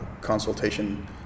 consultation